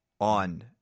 on